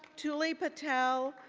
julie patel,